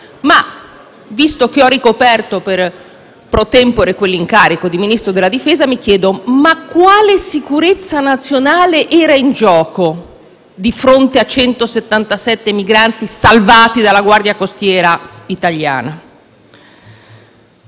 visto che ho ricoperto *pro tempore* l'incarico di Ministro della difesa, mi chiedo quale sicurezza nazionale fosse in gioco di fronte a 177 migranti salvati dalla Guardia costiera italiana.